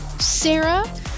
Sarah